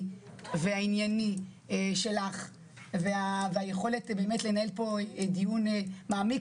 והענייני שלך והיכולת לנהל פה דיון מעמיק,